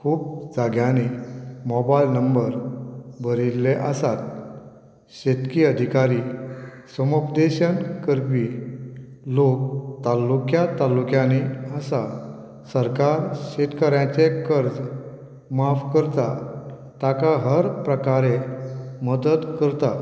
खूब जाग्यांनी mobile number बरयिल्ले आसात शेतकी अधिकारी समुपदेशक करपी लोक तालुक्या तालुक्यांनी आसा सरकार शेतकऱ्यांचे कर्ज माफ करता ताका हर प्रकारे मदत करता